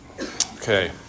Okay